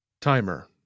Timer